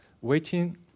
waiting